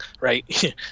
right